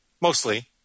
mostly